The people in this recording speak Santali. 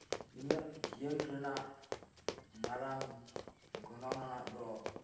ᱤᱧᱟᱹᱜ ᱡᱤᱭᱚᱱ ᱨᱮᱱᱟᱜ ᱢᱟᱨᱟᱝ ᱜᱚᱱᱚᱝ ᱟᱱᱟᱜ ᱫᱚ